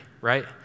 right